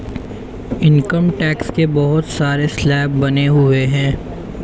income tax के बहुत सारे स्लैब बने हुए हैं